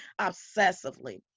obsessively